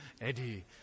Eddie